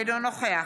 אינו נוכח